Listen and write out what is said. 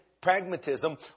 pragmatism